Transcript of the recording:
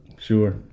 Sure